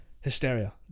hysteria